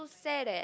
so sad eh